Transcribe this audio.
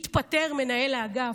התפטר מנהל האגף.